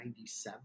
97